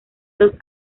dos